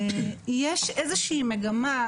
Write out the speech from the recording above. יש איזו שהיא מגמה,